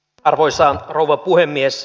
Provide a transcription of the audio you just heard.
arvoisa rouva puhemies